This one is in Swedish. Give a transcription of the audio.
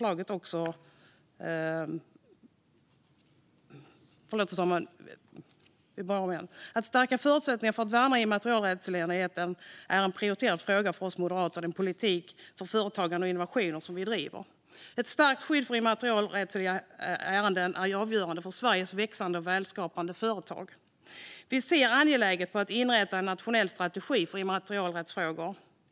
Att stärka förutsättningar för att värna immateriella rättigheter är en prioriterad fråga för oss moderater i den politik för företagande och innovationer som vi driver. Ett starkt skydd för immateriella rättigheter är avgörande för Sveriges växande och välfärdsskapande företag. Vi ser att det är angeläget att inrätta en nationell strategi för immaterialrättsfrågor.